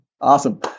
Awesome